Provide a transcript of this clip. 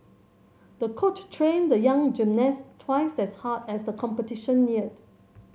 the coach trained the young gymnast twice as hard as the competition neared